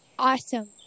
Awesome